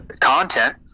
content